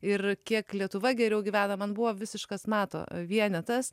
ir kiek lietuva geriau gyvena man buvo visiškas mato vienetas